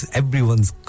everyone's